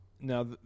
now